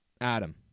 Adam